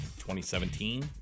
2017